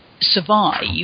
survive